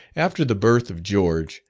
after the birth of george,